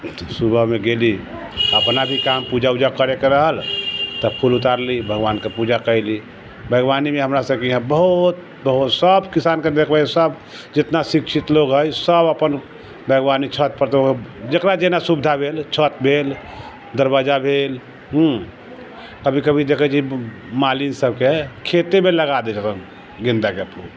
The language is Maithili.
सुबह मे गेली अपना भी काम पूजा उजा करे के रहल तऽ फूल उतारली भगवान के पूजा कयली बागवानी मे हमरा सबके यहाँ बहुत बहुत सब किसम के देखबे सब जितना शिक्षित लोक हय सब अपन बागवानी छत पर जेकरा जेना सुविधा भेल छत भेल दरवज्जा भेल हुँ कभी कभी देखै छी मालिन सबके खेते मे लगा देल गेंदा के फूल